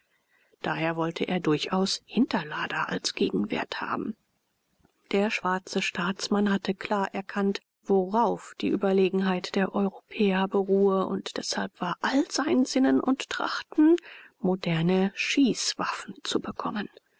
daher wollte er durchaus hinterlader als gegenwert haben der schwarze staatsmann hatte klar erkannt worauf die überlegenheit der europäer beruhe und deshalb war all sein sinnen und trachten moderne schießwaffen zu bekommen